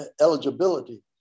eligibility